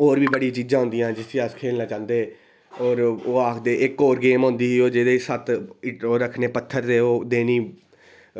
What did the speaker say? होर बी बड़ियां चीज़ां होंदियां जिसी अस खेल्लना चाहंदे हे होर ओह् आक्खदे इक्क होर गेम होंदी ओह् जेह्दे आक्खदे सत्त पत्थर जेह् रक्खने ते देनी